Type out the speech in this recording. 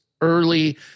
early